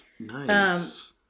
Nice